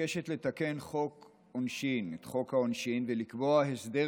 מבקשת לתקן את חוק העונשין ולקבוע הסדר